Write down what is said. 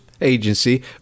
agency